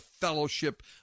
fellowship